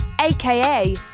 aka